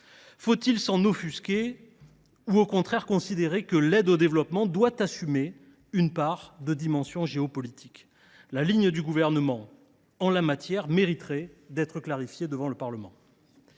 Faut il s’en offusquer ou au contraire considérer que l’aide au développement doit assumer une part de dimension géopolitique ? La ligne du Gouvernement en la matière mériterait d’être clarifiée devant le Parlement.